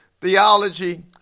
Theology